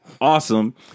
awesome